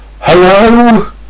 Hello